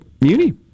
muni